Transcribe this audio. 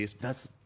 thats